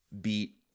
beat